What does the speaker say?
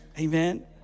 Amen